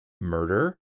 murder